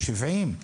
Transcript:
70,